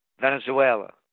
Venezuela